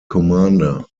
commander